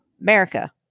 America